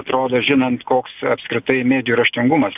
atrodo žinant koks apskritai medijų raštingumas